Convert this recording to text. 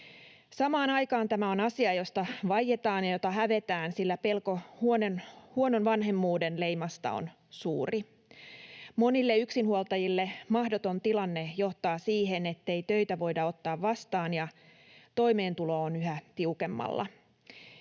Samaan aikaan tämä on asia, josta vaietaan ja jota hävetään, sillä pelko huonon vanhemmuuden leimasta on suuri. Monille yksinhuoltajille mahdoton tilanne johtaa siihen, että töitä ei voida ottaa vastaan ja toimeentulo on yhä tiukemmalla.